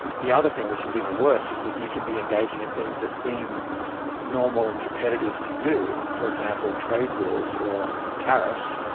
the other thing which is even worse is that you can be engaging in things that seem normal and competitive to you, for example, trade wars or tariffs,